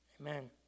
Amen